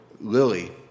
lily